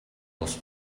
бус